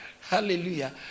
Hallelujah